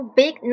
，big